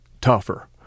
tougher